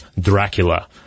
Dracula